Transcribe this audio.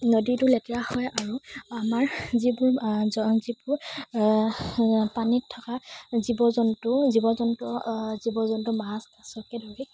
নদীটো লেতেৰা হয় আৰু আমাৰ যিবোৰ যিবোৰ পানীত থকা জীৱ জন্তু জীৱ জন্তু জীৱ জন্তু মাছ কাছকে ধৰি